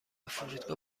فرودگاه